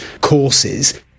courses